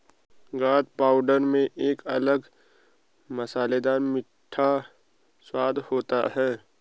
गदा पाउडर में एक अलग मसालेदार मीठा स्वाद होता है